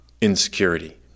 insecurity